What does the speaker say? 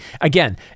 again